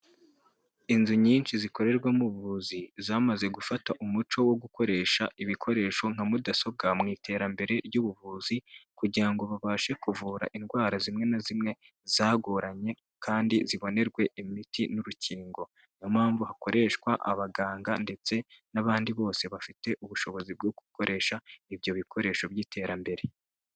Inzu nyinshi zikorerwamo ubuvuzi zamaze gufata umuco wo gukoresha ibikoresho nka mudasobwa mu iterambere ry'ubuvuzi, kugira ngo babashe kuvura indwara zimwe na zimwe zagoranye kandi zibonerwe imiti n'urukingo. Niyo mpamvu hakoreshwa abaganga, ndetse n'abandi bose bafite ubushobozi bwo gukoresha ibyo bikoresho by'iterambere.